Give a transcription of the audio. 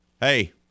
hey